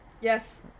yes